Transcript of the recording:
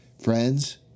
friends